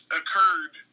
occurred